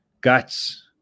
guts